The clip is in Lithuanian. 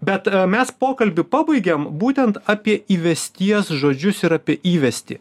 bet mes pokalbį pabaigėm būtent apie įvesties žodžius ir apie įvestį